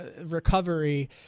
recovery